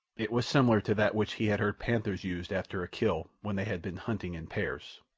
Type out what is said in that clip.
it was similar to that which he had heard panthers use after a kill when they had been hunting in pairs.